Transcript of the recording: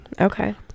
Okay